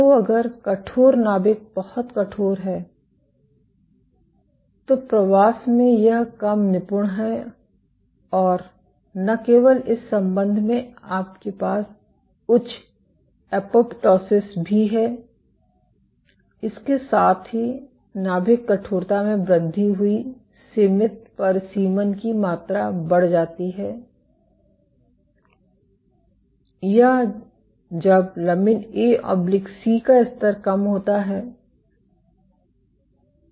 तो अगर कठोर नाभिक बहुत कठोर है तो प्रवास में यह कम निपुण है और न केवल इस संबंध में आपके पास उच्च एपोप्टोसिस भी है इसके साथ ही नाभिक कठोरता में वृद्धि हुई सीमित परिसीमन की मात्रा बढ़ जाती है या जब लमिन ए सी का स्तर कम होता है